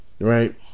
right